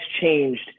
changed